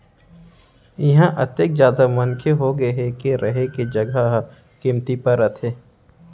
इहां अतेक जादा मनखे होगे हे के रहें के जघा ह कमती परत हे